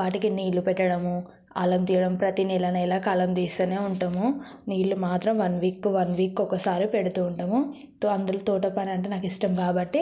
వాటికి నీళ్లు పెట్టడము అల్లం తీయడం ప్రతినెల నెల కలం తీస్తానే ఉంటాము నీళ్లు మాత్రం వన్ వీక్ వన్ వీక్ ఒకసారి పెడుతూ ఉంటాము సో అందులో తోట పని అంటే నాకు ఇష్టం కాబట్టి